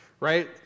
Right